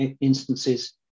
instances